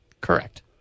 Correct